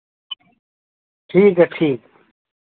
ठीक है ठीक